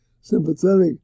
sympathetic